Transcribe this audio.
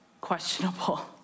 questionable